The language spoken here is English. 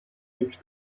which